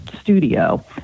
studio